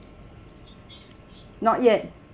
not yet